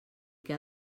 que